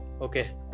Okay